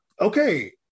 okay